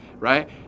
Right